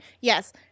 Yes